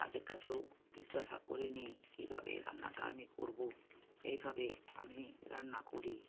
তাদের কাছেও জিজ্ঞাসা করে নি কীভাবে রান্নাটা আমি করবো এইভাবে আমি রান্না করি